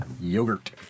yogurt